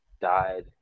died